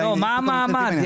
המעמד?